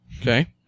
Okay